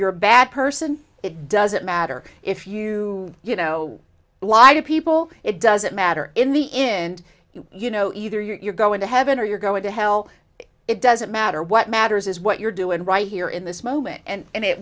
you're a bad person it doesn't matter if you you know lie to people it doesn't matter in the end you know either you're going to heaven or you're going to hell it doesn't matter what matters is what you're doing right here in this moment and